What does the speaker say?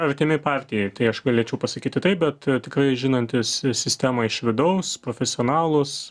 artimi partijai tai aš galėčiau pasakyti taip bet tikrai žinantys sistemą iš vidaus profesionalūs